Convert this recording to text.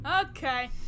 Okay